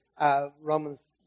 Romans